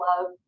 love